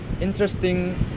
interesting